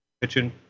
kitchen